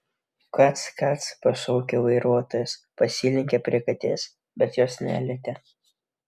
kac kac pašaukė vairuotojas pasilenkė prie katės bet jos nelietė